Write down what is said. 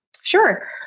Sure